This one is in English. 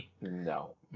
No